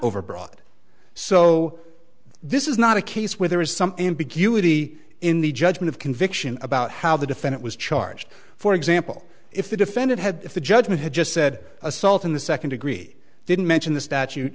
overbroad so this is not a case where there is some ambiguity in the judgment of conviction about how the defendant was charged for example if the defendant had the judgment had just said assault in the second degree didn't mention the statute